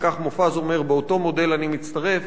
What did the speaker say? וכך מופז אומר: באותו מודל אני מצטרף.